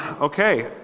Okay